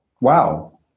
Wow